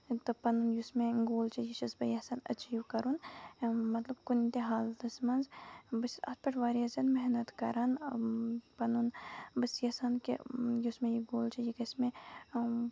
تہٕ پَنُن یُس مےٚ گول چھُ یہِ چھَس بہٕ یَژھان ایٚچیٖو کَرُن مطلب کُنہِ تہِ حالتَس منٛز بہٕ چھَس اَتھ پٮ۪ٹھ واریاہ زیادٕ محنت کران پَنُن بہٕ چھَس یَژھان کہِ یُس مےٚ یہِ گول چھُ یہِ گژھِ مےٚ